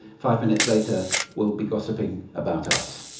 five minutes later, will be gossiping about us.